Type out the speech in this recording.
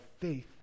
faith